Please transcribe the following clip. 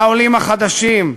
לעולים החדשים,